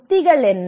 உத்திகள் என்ன